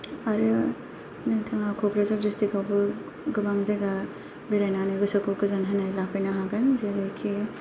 आरो नोंथांआ क'क्राझार दिसत्रिकावबो गोबां जायगा बेरायनानै गोसोखौ गोजोन होनाय लाफैनो हागोन जेरैखि